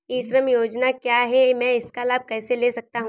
ई श्रम योजना क्या है मैं इसका लाभ कैसे ले सकता हूँ?